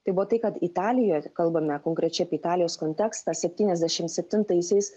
tai buvo tai kad italijoje kalbame konkrečiai apie italijos kontekstą septyniasdešim septintaisiais